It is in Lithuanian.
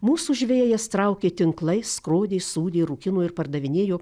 mūsų žvejai jas traukė tinklais skrodė sūdė rūkino ir pardavinėjo